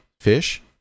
fish